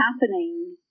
happening